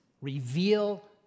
reveal